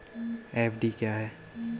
FD क्या है?